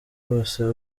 bose